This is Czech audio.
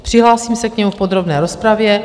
Přihlásím se k němu v podrobné rozpravě.